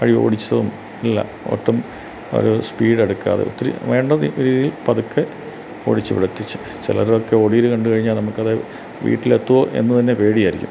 വഴി ഓടിച്ചതും എല്ലാം ഒട്ടും ഒരു സ്പീഡ് എടുക്കാതെ ഒത്തിരി വേണ്ട രി രീതിയിൽ പതുക്കെ ഓടിച്ചു ഇവിടെത്തിച്ചു ചിലരൊക്കെ ഓടീര് കണ്ടു കഴിഞ്ഞാൽ നമുക്കത് വീട്ടിലെത്തുമോ എന്നു തന്നെ പേടിയായിരിക്കും